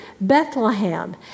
Bethlehem